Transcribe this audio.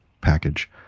package